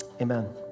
amen